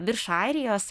virš airijos